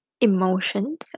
emotions